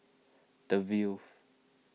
the